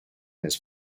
his